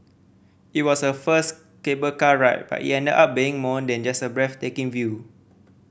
it was her first cable car ride but it ended up being more than just a breathtaking view